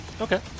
okay